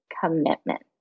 commitment